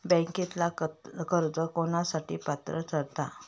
बँकेतला कर्ज कोणासाठी पात्र ठरता?